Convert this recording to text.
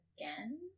again